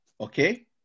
Okay